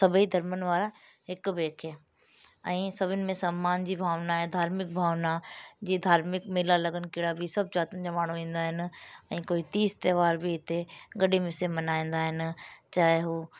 सभेई धर्मनि वारा हिक ॿिए खे ऐं सभिनि में सम्मान जी भावना आहे धार्मिक भावना जीअं धार्मिक मेला लॻनि कहिड़ा बि सभु ज़ाति जा माण्हू ईंदा आहिनि ऐं कोई तीज त्योहार बि हिते गॾे मिसे मल्हाईंदा आहिनि चाहे उहो